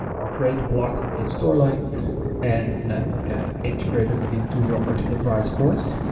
ah or create the block in storyline and integrate it into your articulate rise course.